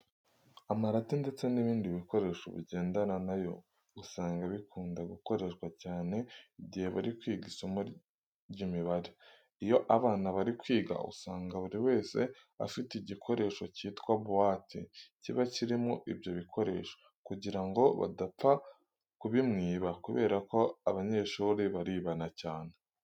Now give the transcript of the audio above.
Amarati ndetse n'ibindi bikoresho bigendana na yo usanga bikunda gukoreshwa cyane igihe bari kwiga isomo ry'imibare. Iyo abana bari kwiga usanga buri wese afite igikoresho cyitwa buwate kiba kirimo ibyo bikoresho kugira ngo badapfa kubimwiba kubera ko abanyeshuri baribana cyane.